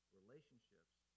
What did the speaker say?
relationships